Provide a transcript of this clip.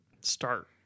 start